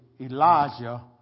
Elijah